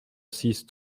six